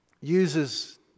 uses